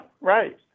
right